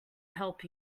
help